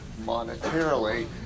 monetarily